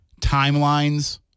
timelines